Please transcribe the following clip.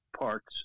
parts